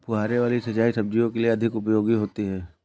फुहारे वाली सिंचाई सब्जियों के लिए अधिक उपयोगी होती है?